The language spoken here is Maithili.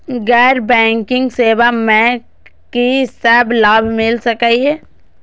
गैर बैंकिंग सेवा मैं कि सब लाभ मिल सकै ये?